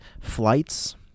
flights